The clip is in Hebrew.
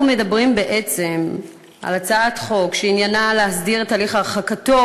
אנחנו מדברים בעצם על הצעת חוק שעניינה להסדיר את תהליך הרחקתו